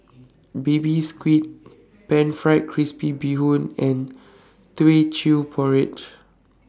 Baby Squid Pan Fried Crispy Bee Hoon and Teochew Porridge